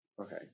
Okay